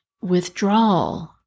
withdrawal